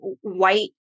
white